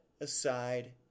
aside